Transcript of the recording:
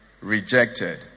rejected